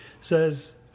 says